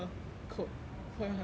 coat for your legs